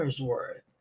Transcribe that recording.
worth